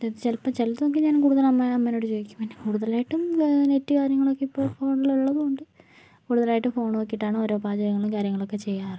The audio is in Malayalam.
ചിലപ്പോൾ ചിലതൊക്കെ ഞാൻ കൂടുതലും അമ്മ അമ്മേനോട് ചോദിക്കും പിന്നെ കൂടുതലായിട്ടും നെറ്റ് കാര്യങ്ങളൊക്കെ ഇപ്പോൾ ഫോണിൽ ഉള്ളതുകൊണ്ട് കൂടുതലായിട്ടും ഫോൺ നോക്കിയിട്ടാണ് ഓരോ പാചകങ്ങളും കാര്യങ്ങളും ഒക്കെ ചെയ്യാറ്